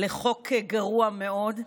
לחוק גרוע מאוד.